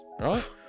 right